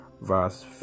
verse